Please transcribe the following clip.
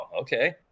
okay